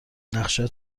نقشت